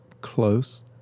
Close